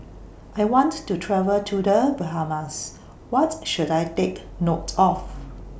I want to travel to The Bahamas What should I Take note of